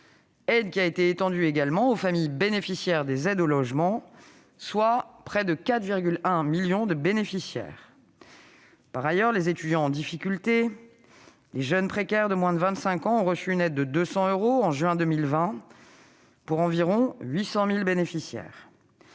laquelle a été étendue également aux familles bénéficiaires des aides au logement, ce qui représente près de 4,1 millions de bénéficiaires. Par ailleurs, les étudiants en difficulté et les jeunes précaires de moins de 25 ans ont reçu une aide de 200 euros en juin 2020 ; cela a concerné environ 800 000 bénéficiaires.